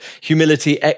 humility